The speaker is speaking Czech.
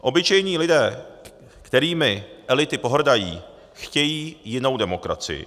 Obyčejní lidé, kterými elity pohrdají, chtějí jinou demokracii.